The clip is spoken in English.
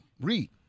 read